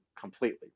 completely